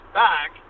back